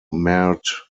marred